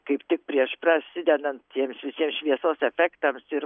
kaip tik prieš prasidedant tiems visiems šviesos efektams ir